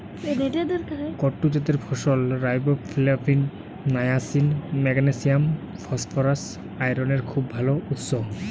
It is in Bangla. কুট্টু জাতের ফসল রাইবোফ্লাভিন, নায়াসিন, ম্যাগনেসিয়াম, ফসফরাস, আয়রনের খুব ভাল উৎস